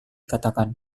katakan